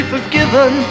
forgiven